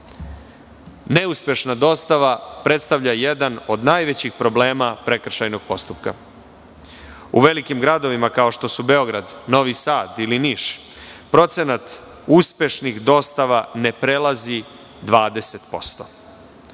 učini. Neuspešna dostava predstavlja jedan od najvećih problema prekršajnog postupka. U velikim gradovima, kao što su Beograd, Novi Sad ili Niš, procenat uspešnih dostava ne prelazi 20%,